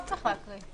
לא צריך להקריא.